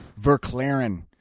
Verclaren